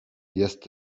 jest